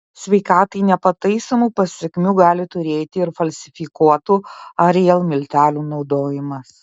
sveikatai nepataisomų pasekmių gali turėti ir falsifikuotų ariel miltelių naudojimas